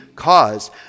Cause